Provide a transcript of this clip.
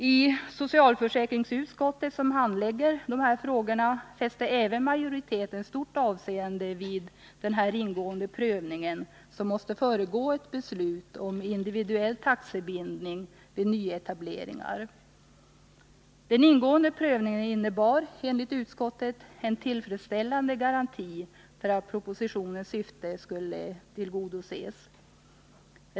I socialförsäkringsutskottet, som handlägger dessa frågor, fäste majoriteten stort avseende vid den ingående prövning som måste föregå ett beslut om individuell taxebindning vid nyetableringar. Den ingående prövningen innebar enligt utskottet en tillfredsställande garanti för att propositionens syfte skulle tillgodoses.